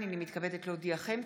הינני מתכבדת להודיעכם,